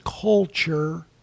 culture